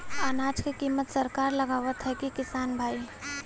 अनाज क कीमत सरकार लगावत हैं कि किसान भाई?